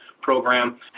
Program